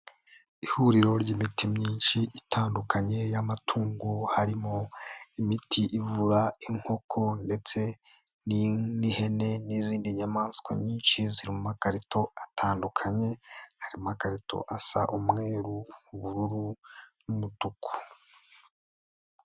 Ihuriro ry'imiti myinshi itandukanye y'amatungo, harimo imiti ivura inkoko ndetse n'ihene n'izindi nyamaswa nyinshi ziri mu makarito atandukanye, hari amakarito asa umweru ubururu n'umutuku.